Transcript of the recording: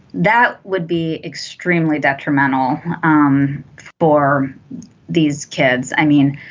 that would be extremely detrimental um for these kids i mean